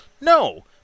No